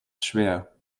schwer